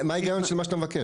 אז מה ההיגיון של מה שאתה מבקש?